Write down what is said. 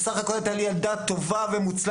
בסך הכל הייתה לי ילדה טובה ומוצלחת,